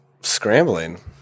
scrambling